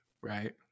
right